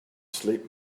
sleep